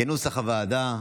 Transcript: כנוסח הוועדה.